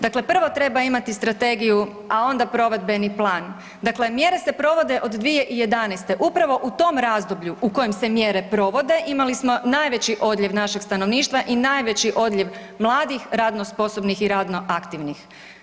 Dakle, prvo treba imati strategiju, a onda provedbeni plan, dakle mjere se provode od 2011., upravo u tom razdoblju u kojem se mjere provode imali smo najveći odljev našeg stanovništva i najveći odljev mladih, radno sposobnih i radno aktivnih.